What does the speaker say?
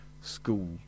school